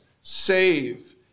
save